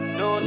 no